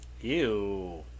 Ew